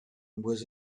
was